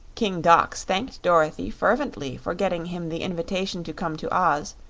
king dox thanked dorothy fervently for getting him the invitation to come to oz,